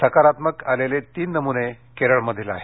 सकारात्मक आलेले तीन नमुने केरळमधील आहेत